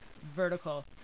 vertical